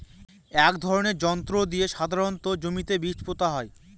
এক ধরনের যন্ত্র দিয়ে সাধারণত জমিতে বীজ পোতা হয়